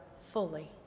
fully